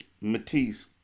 Matisse